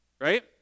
Right